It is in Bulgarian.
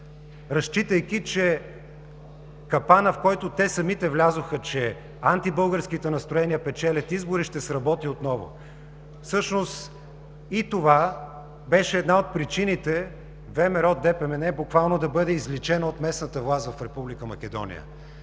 разчитайки че капанът, в който те самите влязоха – че антибългарските настроения печелят избори, ще сработи отново. Всъщност и това беше една от причините ВМРО – ДПМНЕ, буквално да бъде изличен от местната власт в Република Македония.